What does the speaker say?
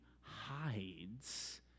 hides